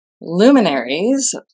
Luminaries